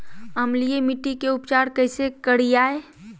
अम्लीय मिट्टी के उपचार कैसे करियाय?